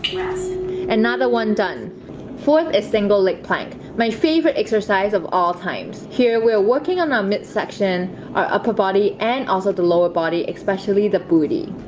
and not the one done for a single leg plank my favorite exercise of all times here we're working on our midsection our upper body and also the lower body especially the booty